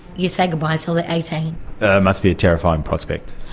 you say goodbye until they are eighteen. it must be a terrifying prospect.